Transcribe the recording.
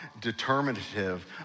determinative